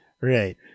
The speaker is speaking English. Right